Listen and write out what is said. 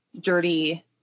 dirty